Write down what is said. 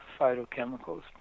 phytochemicals